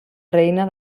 reina